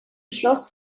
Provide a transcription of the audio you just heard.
schloss